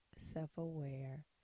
self-aware